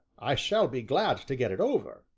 i shall be glad to get it over,